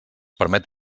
permet